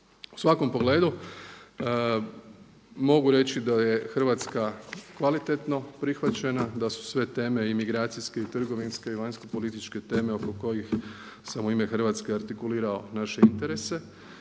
U svakom pogledu mogu reći da je Hrvatska kvalitetno prihvaćena, da su sve teme i migracijske i trgovinske i vanjskopolitičke teme oko kojih sam u ime Hrvatske artikulirao naše interese